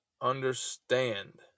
understand